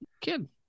Kid